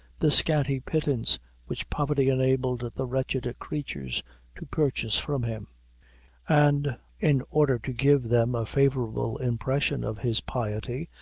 the scanty pittance which poverty enabled the wretched creatures to purchase from him and in order to give them a favorable impression of his piety,